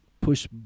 push